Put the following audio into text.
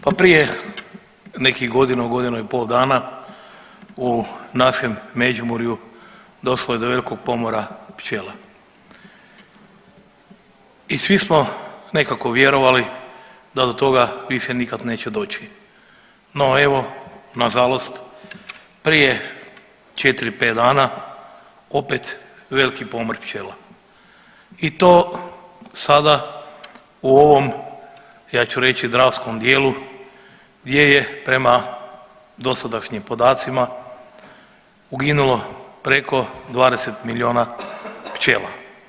Pa prije nekih godinu, godinu i pol dana u našem Međimurju došlo je do velikog pomora pčela i svi smo nekako vjerovali da do toga više nikad neće doći, no evo nažalost prije 4-5 dana opet veliki pomor pčela i to sada u ovom ja ću reći dravskom dijelu gdje je prema dosadašnjim podacima uginulo preko 20 milijuna pčela.